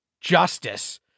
justice